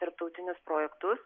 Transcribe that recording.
tarptautinius projektus